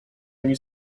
ani